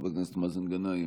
חבר הכנסת מאזן גנאים,